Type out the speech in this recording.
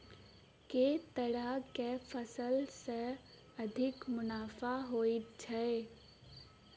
केँ तरहक फसल सऽ अधिक मुनाफा होइ छै?